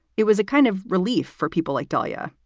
it was a kind of relief for people like dolia,